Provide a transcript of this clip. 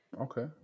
okay